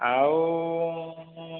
ଆଉ